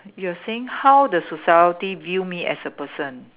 you were saying how the society view me as a person